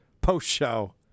post-show